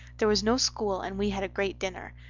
there was no school and we had a great dinner.